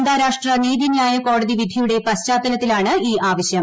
അന്താരാഷ്ട്രനീതി ന്യായ കോടതി വിധിയുടെ പശ്ചാത്തലത്തിലാണ് ഈ ആവശ്യം